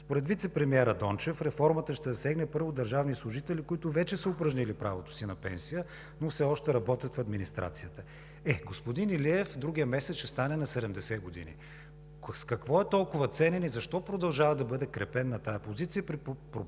Според вицепремиера Дончев реформата ще засегне първо държавни служители, които вече са упражнили правото си на пенсия, но все още работят в администрацията. Е, господин Илиев другия месец ще стане на 70 години. С какво е толкова ценен и защо продължава да бъде крепен на тази позиция при проблемите,